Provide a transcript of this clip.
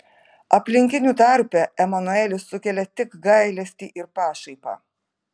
aplinkinių tarpe emanuelis sukelia tik gailestį ir pašaipą